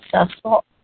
successful